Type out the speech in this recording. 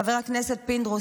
חבר הכנסת פינדרוס,